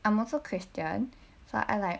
I'm also christian so I like